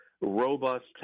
robust